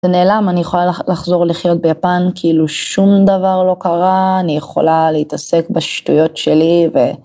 זה נעלם, אני יכולה לחזור לחיות ביפן כאילו שום דבר לא קרה, אני יכולה להתעסק בשטויות שלי ו...